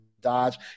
Dodge